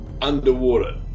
Underwater